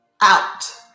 out